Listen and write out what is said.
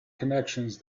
connections